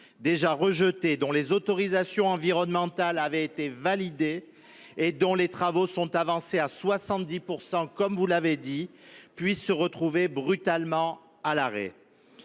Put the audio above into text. déjà rejetés, dont les autorisations environnementales avaient été validées et dont les travaux sont avancés à 70 %, comme vous l’avez dit, puisse se retrouver brutalement à l’arrêt